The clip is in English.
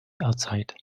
outside